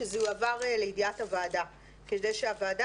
שזה יועבר לידיעת הוועדה כדי שהוועדה